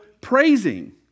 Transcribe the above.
praising